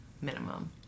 minimum